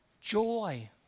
Joy